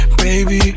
baby